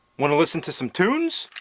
wanna listen to some tunes?